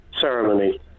Ceremony